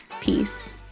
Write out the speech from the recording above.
Peace